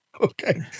Okay